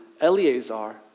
Eleazar